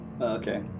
Okay